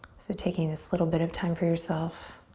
so taking this little bit of time for yourself